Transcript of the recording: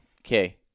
Okay